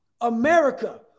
America